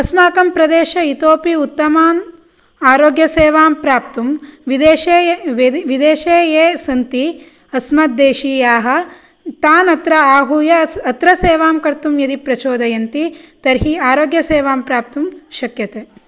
अस्माकं प्रदेशे इतोपि उत्तमान् आरोग्यसेवां प्राप्तुं विदेशे ये विदेशे ये सन्ति अस्मद्देशीयाः तान् अत्र आहूय अत्र सेवां कर्तुं यदि प्रचोदयन्ति तर्हि आरोग्यसेवां प्राप्तुं शक्यते